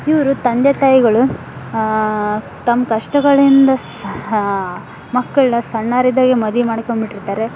ಇವರು ತಂದೆ ತಾಯಿಗಳು ತಮ್ಮ ಕಷ್ಟಗಳಿಂದ ಸ್ ಮಕ್ಕಳ ಸಣ್ಣೋರಿದ್ದಾಗ್ಲೇ ಮದಿ ಮಾಡಿಕೊಂಡ್ಬಿಟ್ಟಿರ್ತಾರೆ